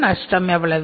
நட்டம் எவ்வளவு